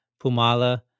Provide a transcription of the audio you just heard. Pumala